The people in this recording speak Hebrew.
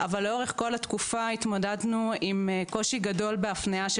אבל לאורך כל התקופה התמודדנו עם קושי גדול בהפניה של